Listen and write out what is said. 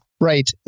Right